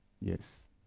Yes